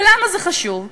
ולמה זה חשוב?